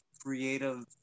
creative